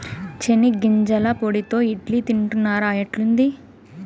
చెనిగ్గింజల పొడితో ఇడ్లీ తింటున్నారా, ఎట్లుంది